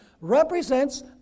represents